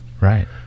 right